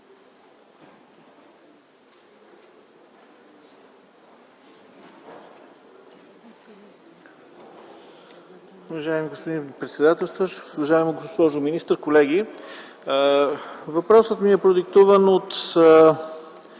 Въпросът ми е продиктуван от